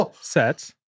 sets